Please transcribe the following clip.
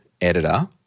editor